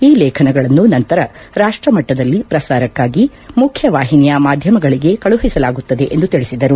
ಈ ಲೇಖನಗಳಿಗೆ ನಂತರ ರಾಷ್ಟ ಮಟ್ಟದಲ್ಲಿ ಪ್ರಸಾರಕ್ಕಾಗಿ ಮುಖ್ಯವಾಹಿನಿಯ ಮಾಧ್ಯಮಗಳಿಗೆ ಕಳುಹಿಸಲಾಗುತ್ತದೆ ಎಂದು ತಿಳಿಸಿದರು